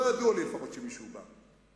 לא ידוע לי לפחות שמישהו בא.